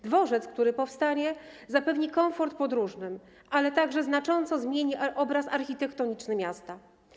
Dworzec, który powstanie, zapewni komfort podróżnym, a także znacząco zmieni obraz architektoniczny miasta.